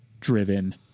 driven